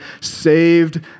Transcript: saved